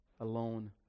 alone